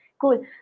Cool